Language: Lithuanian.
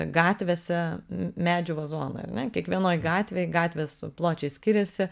gatvėse medžių vazonai ar ne kiekvienoj gatvėj gatvės pločiai skiriasi